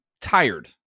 tired